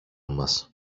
μας